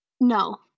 No